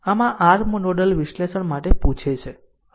આમ આ r nodal વિશ્લેષણ માટે પૂછે છે